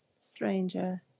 Stranger